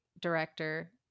director